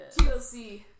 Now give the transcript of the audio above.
TLC